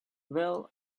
well